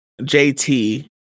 JT